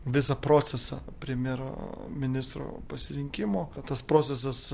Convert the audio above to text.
visą procesą premjero ministro pasirinkimo kad tas procesas